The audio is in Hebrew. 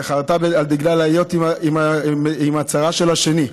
חרתה על דגלה להיות עם הצרה של השני,